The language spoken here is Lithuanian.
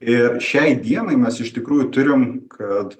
ir šiai dienai mes iš tikrųjų turim kad